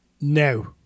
No